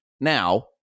Now